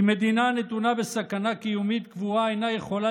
כי מדינה הנתונה בסכנה קיומית קבועה אינה יכולה